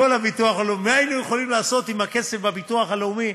מה היינו יכולים לעשות עם הכסף בביטוח הלאומי,